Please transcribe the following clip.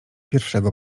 pierwszego